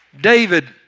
David